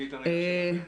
זווית הראייה שלך.